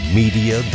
media